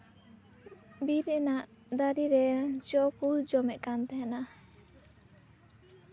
ᱵᱤᱨ ᱨᱮᱱᱟᱜ ᱫᱟᱨᱮ ᱨᱮ ᱡᱚ ᱠᱚ ᱡᱚᱢᱮᱜ ᱛᱟᱦᱮᱸᱱᱟ